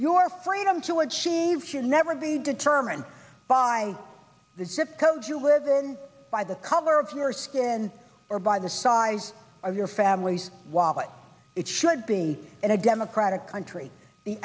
your freedom to achieve should never be determined by the city code you live in by the color of your skin or by the size of your family's wallet it should be in a democratic country the